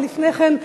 לפני כן,